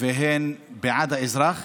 והן בעד האזרח